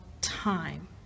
time